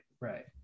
right